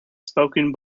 spoken